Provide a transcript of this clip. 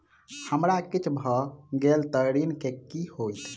हमरा किछ भऽ गेल तऽ ऋण केँ की होइत?